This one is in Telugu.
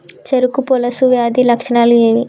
చెరుకు పొలుసు వ్యాధి లక్షణాలు ఏవి?